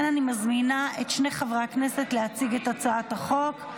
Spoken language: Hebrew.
אני מזמינה את שני חברי הכנסת להציג את הצעת החוק.